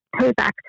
payback